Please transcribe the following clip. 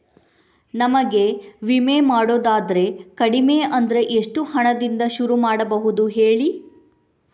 ನಮಗೆ ವಿಮೆ ಮಾಡೋದಾದ್ರೆ ಕಡಿಮೆ ಅಂದ್ರೆ ಎಷ್ಟು ಹಣದಿಂದ ಶುರು ಮಾಡಬಹುದು ಹೇಳಿ